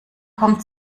kommt